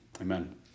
Amen